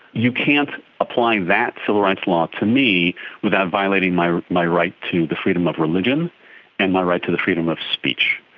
you can't apply that civil rights law to me without violating my my right to the freedom of religion and my right to the freedom of speech.